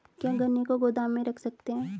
क्या गन्ने को गोदाम में रख सकते हैं?